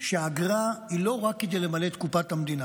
שהאגרה היא לא רק כדי למלא את קופת המדינה.